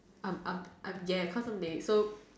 I'm I'm I'm yeah cause I'm late so